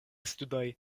studoj